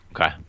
okay